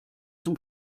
zum